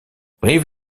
brive